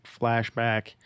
flashback